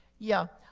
yeah.